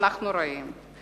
אנחנו רעים,